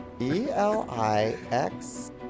E-L-I-X